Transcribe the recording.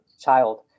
child